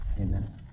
Amen